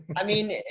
i mean,